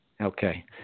Okay